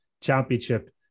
championship